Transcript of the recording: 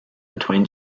between